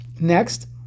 Next